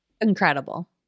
Incredible